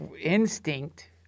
instinct